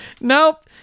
Nope